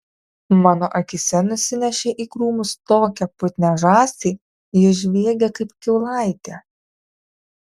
mano akyse nusinešė į krūmus tokią putnią žąsį ji žviegė kaip kiaulaitė